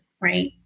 right